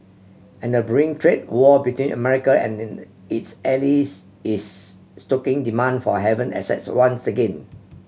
and a brewing trade war between America and in its allies is stoking demand for haven assets once again